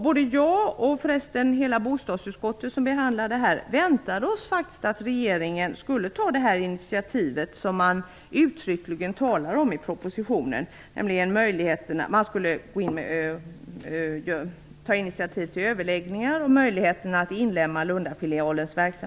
Både jag och hela bostadsutskottet väntade oss faktiskt att regeringen skulle ta det initiativ som man uttryckligen talar om i propositionen, nämligen överläggningar om möjligheterna att inlemma